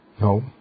No